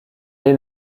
est